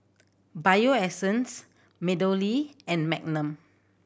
Bio Essence MeadowLea and Magnum